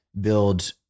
build